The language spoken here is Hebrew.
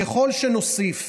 ככל שנוסיף